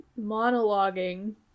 monologuing